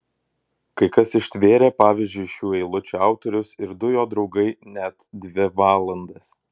kai kas ištvėrė pavyzdžiui šių eilučių autorius ir du jo draugai net dvi valandas